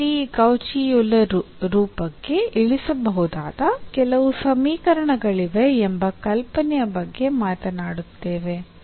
ಈಗ ಇಲ್ಲಿ ಈ ಕೌಚಿ ಯೂಲರ್ ರೂಪಕ್ಕೆ ಇಳಿಸಬಹುದಾದ ಕೆಲವು ಸಮೀಕರಣಗಳಿವೆ ಎಂಬ ಕಲ್ಪನೆಯ ಬಗ್ಗೆ ಮಾತನಾಡುತ್ತೇವೆ